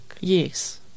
Yes